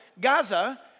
Gaza